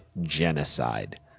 genocide